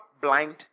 blind